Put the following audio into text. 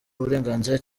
uburenganzira